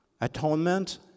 atonement